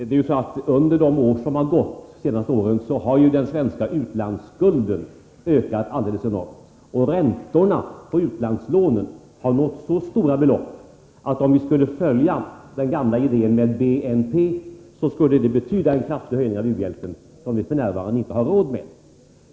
Herr talman! Det är ju så att den svenska utlandsskulden under de senaste åren har ökat enormt. Räntorna på utlandslånen har nått så stora belopp att om man skulle välja den gamla idén med BNP, skulle det betyda en kraftigare höjning av u-hjälpen än vi f.n. har råd med.